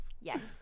Yes